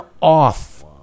off